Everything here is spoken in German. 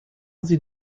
sie